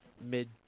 mid